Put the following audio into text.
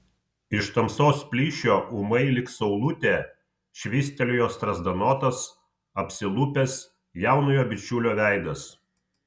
iš tamsos plyšio ūmai lyg saulutė švystelėjo strazdanotas apsilupęs jaunojo bičiulio veidas